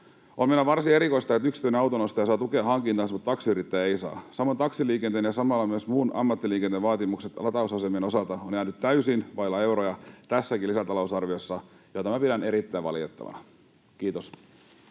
On meillä varsin erikoista, että yksityinen autonostaja saa tukea hankintaansa mutta taksiyrittäjä ei saa. Samoin taksiliikenteen ja samalla myös muun ammattiliikenteen vaatimukset latausasemien osalta ovat jääneet täysin vaille euroja tässäkin lisätalousarviossa, mitä minä pidän erittäin valitettavana. — Kiitos.